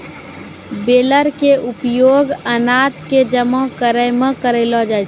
baler के उपयोग अनाज कॅ जमा करै मॅ करलो जाय छै